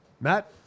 Matt